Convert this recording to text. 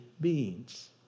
beings